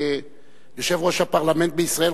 כיושב-ראש הפרלמנט בישראל,